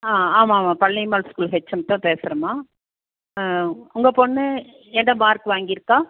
ஆ ஆமாம்மா Palaniammal school HM தான் பேசுகிறேம்மா உங்கள் பொண்ணு என்ன மார்க் வாங்கியிருக்கா